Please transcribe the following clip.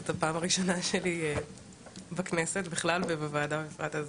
זאת הפעם הראשונה שלי בכנסת בכלל ובוועדה בפרט.